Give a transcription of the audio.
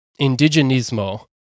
Indigenismo